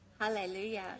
Hallelujah